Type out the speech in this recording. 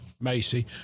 Macy